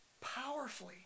Powerfully